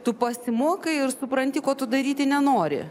tu pasimokai ir supranti ko tu daryti nenori